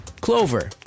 Clover